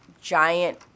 giant